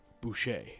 Boucher